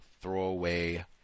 throwaway